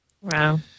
Wow